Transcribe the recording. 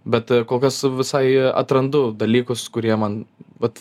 bet kol kas visai atrandu dalykus kurie man vat